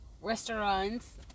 restaurants